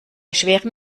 schweren